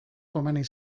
komeni